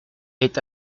est